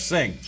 Sing